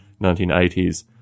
1980s